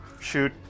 shoot